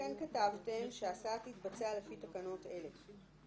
כן כתבתם ש"ההסעה תתבצע לפי תקנות אלה".